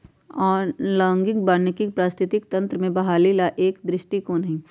analogue वानिकी पारिस्थितिकी तंत्र के बहाली ला एक दृष्टिकोण हई